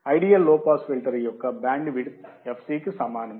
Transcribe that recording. ideal లో pass filter యొక్క bandwidth fc కి సమానం